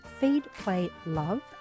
feedplaylove